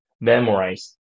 memorize